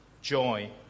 joy